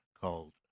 called